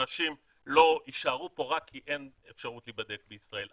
אנשים לא יישארו פה רק כי אין אפשרות להיבדק בישראל.